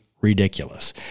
ridiculous